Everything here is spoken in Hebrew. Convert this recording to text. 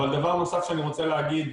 אבל דבר נוסף שאני רוצה להגיד,